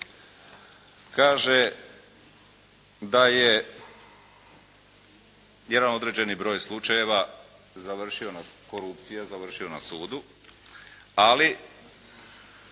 kaže da je jedan određeni broj slučajeva korupcije završio na sudu, ali